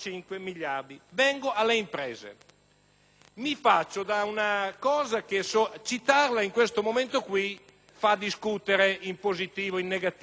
rifaccio ad una cosa la cui citazione in questo momento fa discutere in positivo e in negativo e rischia di dividere il Paese. La crisi dell'auto